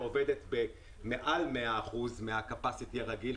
בימי הפעילות.